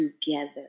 together